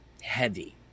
heavy